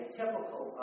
typical